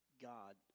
God